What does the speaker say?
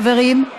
חברים,